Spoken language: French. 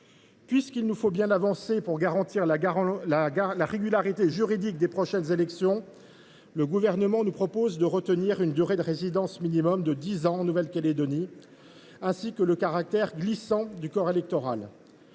Puisqu’il nous faut bien avancer pour garantir la régularité juridique des prochaines élections provinciales, le Gouvernement nous propose de retenir une durée de résidence minimale de dix ans en Nouvelle Calédonie et de consacrer ainsi le caractère glissant du corps électoral.